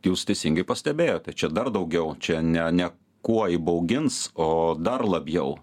jūs teisingai pastebėjote čia dar daugiau čia ne ne kuo įbaugins o dar labiau